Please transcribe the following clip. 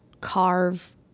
carve